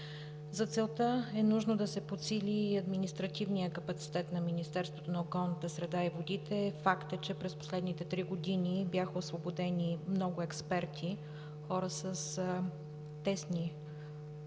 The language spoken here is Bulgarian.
За целта е необходимо да се подсили и административният капацитет на Министерството на околната среда и водите. Факт е, че през последните три години бяха освободени много експерти, хора с тесни професионални